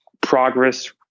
progress